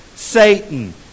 Satan